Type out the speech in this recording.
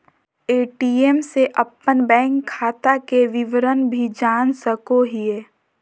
ATM से अपन bank खाता के विवरण भी जान सको हिये